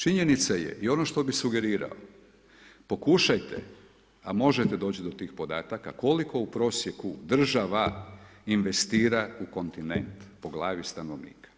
Činjenica je i ono što bih sugerirao, pokušajte, a možete doći do tih podataka, koliko u prosjeku država investira u kontinent po glavi stanovnika.